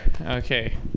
Okay